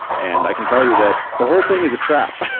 and i can tell you that the whole thing is a trap.